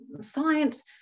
science